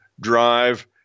drive